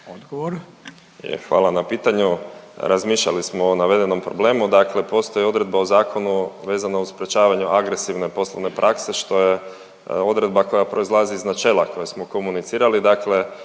Davor** Hvala na pitanju. Razmišljali smo o navedenom problemu. Dakle postoji odredba u zakonu vezano uz sprječavanju agresivne poslovne prakse što je odredba koja proizlazi iz načela koje smo komunicirali,